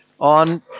On